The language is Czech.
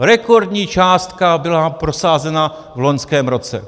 Rekordní částka byla prosázena v loňském roce.